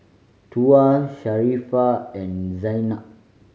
Tuah Sharifah and Zaynab